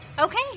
okay